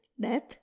death